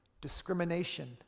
discrimination